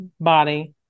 body